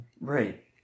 right